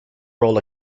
role